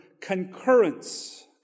concurrence